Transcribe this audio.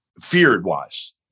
feared-wise